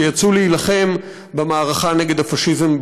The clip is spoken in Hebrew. שיצאו להילחם במערכה נגד הפאשיזם,